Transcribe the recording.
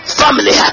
family